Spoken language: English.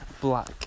black